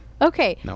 Okay